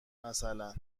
مثلا